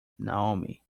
naomi